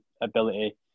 ability